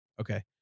Okay